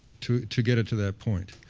to to get it to that point.